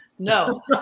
No